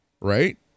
right